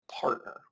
partner